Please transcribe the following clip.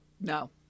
No